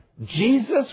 Jesus